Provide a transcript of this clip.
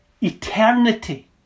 eternity